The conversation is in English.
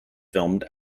filmed